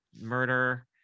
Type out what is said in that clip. murder